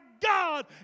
God